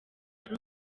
ari